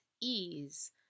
ease